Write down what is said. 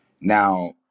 Now